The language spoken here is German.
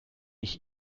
ich